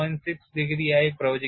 6 ഡിഗ്രിയായി പ്രവചിക്കുന്നു